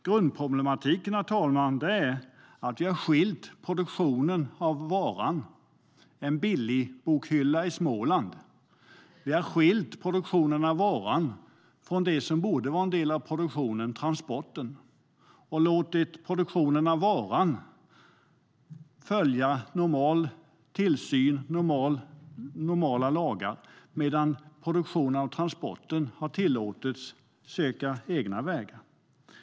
Grundproblematiken, herr talman, är att vi har skilt produktionen av varan - till exempel en Billybokhylla från Småland - från det som borde vara en del av produktionen, nämligen transporten. Vi har låtit produktionen av varan följa normal tillsyn och normala lagar medan produktion av transporter har tillåtits söka egna vägar.